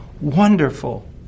Wonderful